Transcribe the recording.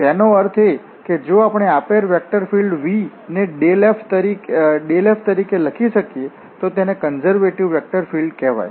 તેનો અર્થ એ કે જો આપણે આપેલ વેક્ટર ફિલ્ડ V ને f લખી શકીએ તો તેને કન્ઝર્વેટિવ વેકટર ફીલ્ડ કહેવાય